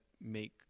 make